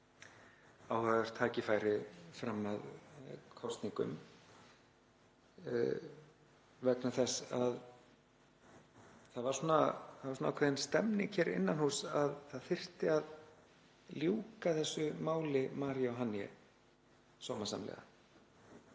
áhugavert tækifæri fram að kosningum vegna þess að það var ákveðin stemning hér innan húss um að það þyrfti að ljúka þessu máli Mary og Haniye sómasamlega.